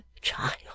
child